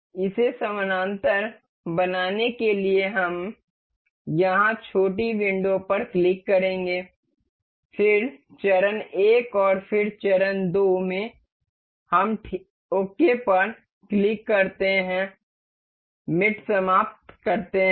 इसे समानांतर बनाने के लिए हम यहां छोटी विंडो पर क्लिक करेंगे फिर चरण 1 और फिर चरण 2 में हम ठीक पर क्लिक करते हैं मेट समाप्त करते हैं